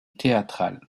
théâtrales